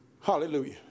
Hallelujah